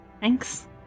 Thanks